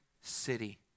city